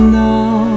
now